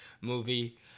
movie